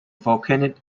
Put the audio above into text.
volcanic